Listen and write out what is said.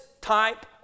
type